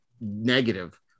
negative